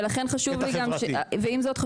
ועם זאת,